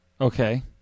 Okay